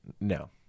No